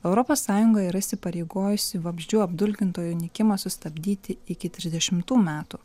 europos sąjunga yra įsipareigojusi vabzdžių apdulkintojų nykimą sustabdyti iki trisdešimtų metų